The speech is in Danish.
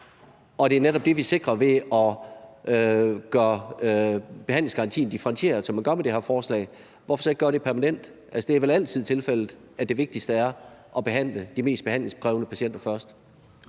det netop er det, vi sikrer ved at gøre behandlingsgarantien differentieret, som man gør med det her forslag, hvorfor så ikke gøre det permanent? Altså, det er vel altid tilfældet, at det vigtigste er at behandle de mest behandlingskrævende patienter først.